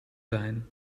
zijn